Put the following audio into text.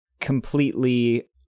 completely